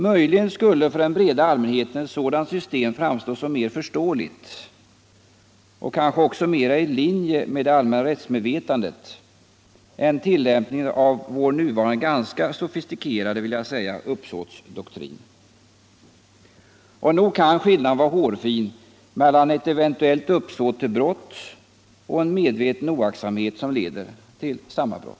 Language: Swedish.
Möjligen skulle för den breda allmänheten ett sådant system framstå som mera förståeligt och kanske också mera i linje med det allmänna rättsmedvetandet än tillämpningen av vår nuvarande ganska sofistikerade uppsåtsdoktrin. Och nog kan skillnaden vara hårfin mellan ett eventuellt uppsåt till brott och en medveten oaktsamhet som leder till samma brott.